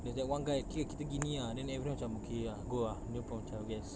there's that one guy okay lah kita gini ah then everyone macam okay ah go ah no problem macam yes